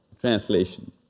translation